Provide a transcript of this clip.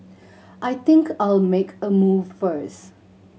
I think I'll make a move first